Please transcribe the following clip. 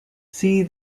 see